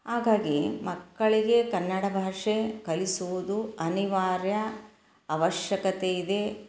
ಹಾಗಾಗಿ ಮಕ್ಕಳಿಗೆ ಕನ್ನಡ ಭಾಷೆ ಕಲಿಸುವುದು ಅನಿವಾರ್ಯ ಆವಶ್ಯಕತೆ ಇದೆ